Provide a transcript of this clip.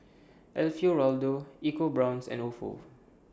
Alfio Raldo EcoBrown's and Ofo